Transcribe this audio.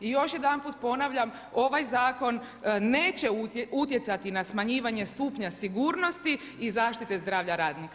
I još jedanput ponavljam, ovaj Zakon neće utjecati na smanjivanje stupnja sigurnosti i zaštite zdravlja radnika.